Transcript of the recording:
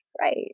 right